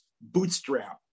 bootstrap